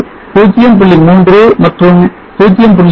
3 மற்றும் 0